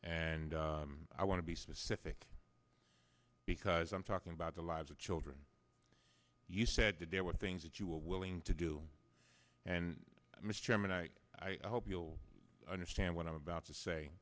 and i want to be specific because i'm talking about the lives of children you said that there were things that you were willing to do and mr chairman i i hope you'll understand what i'm about to say